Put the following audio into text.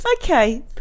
Okay